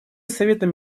советом